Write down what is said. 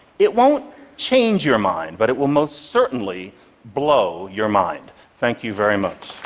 it won't change your mind, but it will most certainly blow your mind. thank you very much.